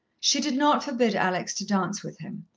she did not forbid alex to dance with him,